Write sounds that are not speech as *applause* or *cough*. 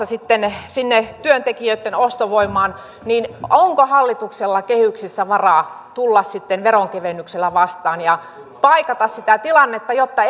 *unintelligible* sitten sinne työntekijöitten ostovoimaan niin onko hallituksella kehyksissä varaa tulla sitten veronkevennyksellä vastaan ja paikata sitä tilannetta jotta *unintelligible*